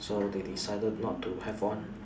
so they decided not to have one